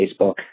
Facebook